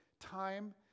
time